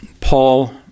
Paul